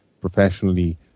professionally